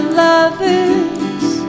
lovers